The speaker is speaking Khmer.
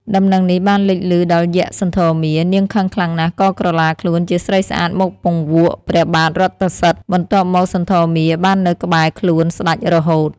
ដំណឹងនេះបានលេចលឺដល់យក្ខសន្ធមារ នាងខឹងខ្លាំងណាស់ក៏ក្រឡាខ្លួនជាស្រីស្អាតមកពង្វក់ព្រះបាទរថសិទ្ធិ បន្ទាប់មកសន្ធមារបាននៅក្បែរខ្លួនស្តេចរហូត។